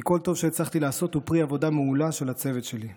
כי כל הטוב שהצלחתי לעשות הוא פרי עבודה מעולה של הצוות שלי.